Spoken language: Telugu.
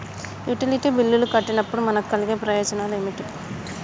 యుటిలిటీ బిల్లులు కట్టినప్పుడు మనకు కలిగే ప్రయోజనాలు ఏమిటి?